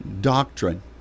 doctrine